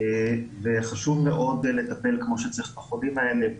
וחשוב מאוד לטפל כמו שצריך בחולים האלה,